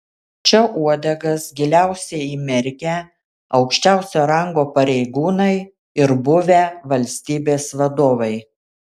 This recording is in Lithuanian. čia uodegas giliausiai įmerkę aukščiausio rango pareigūnai ir buvę valstybės vadovai